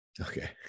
Okay